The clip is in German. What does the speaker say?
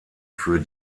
für